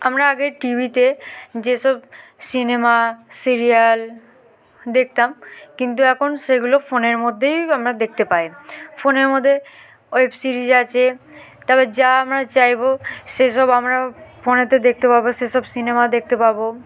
আমরা আগে টিভিতে যেসব সিনেমা সিরিয়াল দেখতাম কিন্তু এখন সেগুলো ফোনের মধ্যেই আমরা দেখতে পাই ফোনের মধ্যে ওয়েব সিরিজ আছে তারপর যা আমরা চাইব সেসব আমরা ফোনেতে দেখতে পাবো সেসব সিনেমা দেখতে পাবো